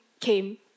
came